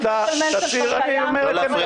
לא להפריע